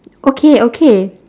okay okay